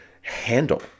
handle